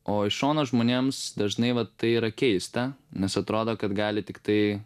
o iš šono žmonėms dažnai vat tai yra keista nes atrodo kad gali tiktai